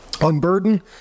unburden